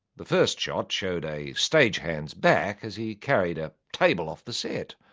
the first shot showed a stagehand's back as he carried a table off the set.